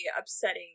upsetting